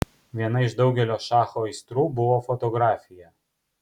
viena iš daugelio šacho aistrų buvo fotografija